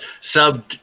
sub